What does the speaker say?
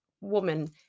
woman